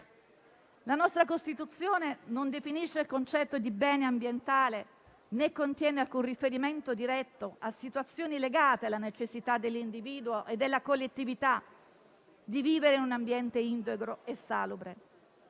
La nostra Costituzione non definisce il concetto di bene ambientale, né contiene alcun riferimento diretto a situazioni legate alla necessità dell'individuo e della collettività di vivere in un ambiente integro e salubre.